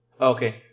Okay